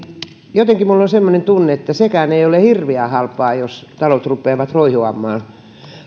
jotenkin minulla on semmoinen tunne että sekään ei ole hirveän halpaa jos talot rupeavat roihuamaan